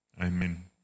amen